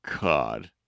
God